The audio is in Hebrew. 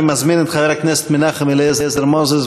אני מזמין את חבר הכנסת מנחם אליעזר מוזס,